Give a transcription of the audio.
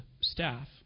staff